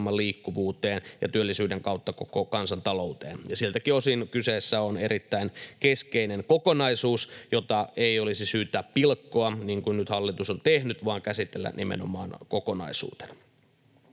liikkuvuuteen kuin työllisyyden kautta koko kansantalouteen. Siltäkin osin kyseessä on erittäin keskeinen kokonaisuus, jota ei olisi syytä pilkkoa, niin kuin nyt hallitus on tehnyt, vaan käsitellä nimenomaan kokonaisuutena.